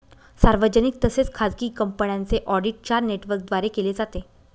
सार्वजनिक तसेच खाजगी कंपन्यांचे ऑडिट चार नेटवर्कद्वारे केले जाते